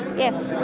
yes.